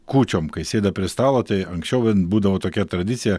kūčiom kai sėda prie stalo tai anksčiau ten būdavo tokia tradicija